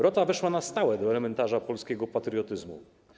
Rota weszła na stałe do elementarza polskiego patriotyzmu.